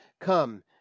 come